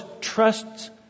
trusts